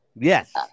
Yes